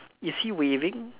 is he waving